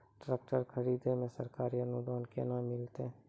Tractor खरीदै मे सरकारी अनुदान केना मिलतै?